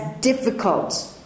difficult